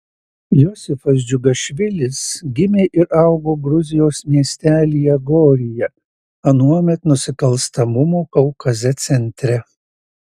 josifas džiugašvilis gimė ir augo gruzijos miestelyje goryje anuomet nusikalstamumo kaukaze centre